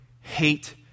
hate